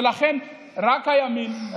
ולכן רק הימין,